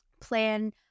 plan